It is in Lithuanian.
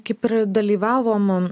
kaip ir dalyvavom